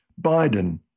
Biden